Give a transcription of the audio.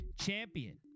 champion